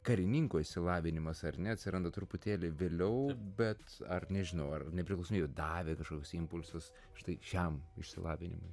karininko išsilavinimas ar ne atsiranda truputėlį vėliau bet ar nežinau ar nepriklausomybė davė kažkokius impulsus štai šiam išsilavinimui